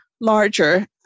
larger